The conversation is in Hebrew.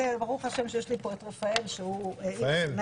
ברוך השם שיש לי פה את רפאל שהאיר את עיניי.